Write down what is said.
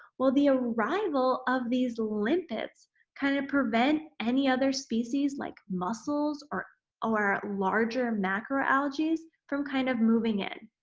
well, the arrival of these limpets kind of prevent any other species like mussels or our larger macro algae from kind of moving in.